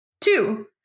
Two